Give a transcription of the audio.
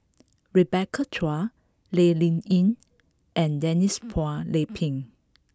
Rebecca Chua Lee Ling Yen and Denise Phua Lay Peng